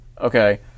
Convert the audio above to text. Okay